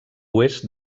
oest